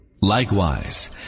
Likewise